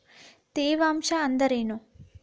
ತೇವಾಂಶ ಅಂದ್ರೇನು?